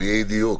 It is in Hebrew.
בדיוק.